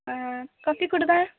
ಹಾಂ ಕಾಫಿ ಕುಡ್ದ್ಯಾ